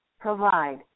provide